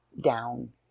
down